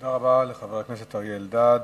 תודה רבה לחבר הכנסת אריה אלדד.